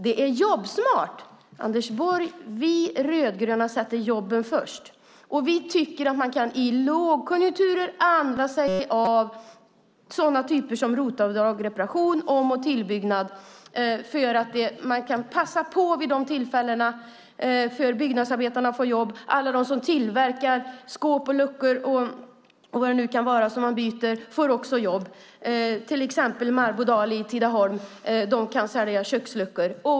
Det är jobbsmart. Vi rödgröna sätter jobben först, Anders Borg. Vi tycker att man i lågkonjunkturer kan använda sig av sådana typer av ROT-avdrag för om och tillbyggnad. Man kan passa på att se till att byggnadsarbetarna får jobb. Alla dem som tillverkar luckor och vad det nu är som man byter får också jobb. Till exempel kan Marbodal i Tidaholm sälja köksluckor.